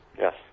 Yes